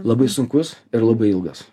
labai sunkus ir labai ilgas